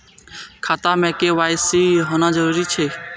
खाता में के.वाई.सी होना जरूरी छै?